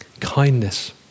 kindness